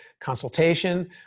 consultation